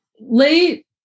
late